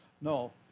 no